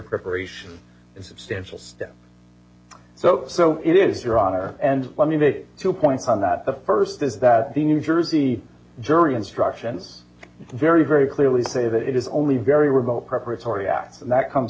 preparation and substantial step so so it is your honor and let me make two points on that the first is that the new jersey jury instructions very very clearly say that it is only very remote preparatory acts and that comes